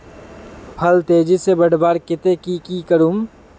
फल तेजी से बढ़वार केते की की करूम?